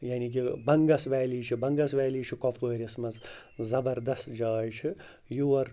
یعنی کہِ بَنٛگَس ویلی چھِ بَنٛگَس ویلی چھِ کۄپوٲرِس منٛز زَبردَست جاے چھِ یور